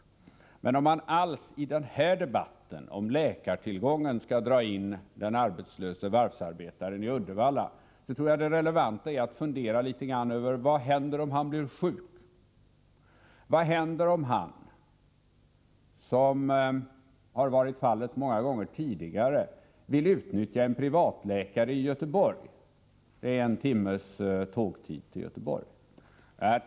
Om man i den här debatten om läkartillgången alls skall dra in den arbetslöse varvsarbetaren i Uddevalla, så tror jag det relevanta är att fundera litet över vad som händer om han blir sjuk. Vad händer om han — som har varit fallet många gånger tidigare — vill utnyttja en privatläkare i Göteborg? Det är en timmes tågresa till Göteborg.